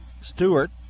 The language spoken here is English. Stewart